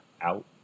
out